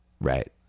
Right